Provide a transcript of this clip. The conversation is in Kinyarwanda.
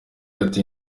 ati